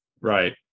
right